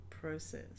Process